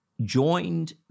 joined